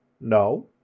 No